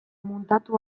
muntatu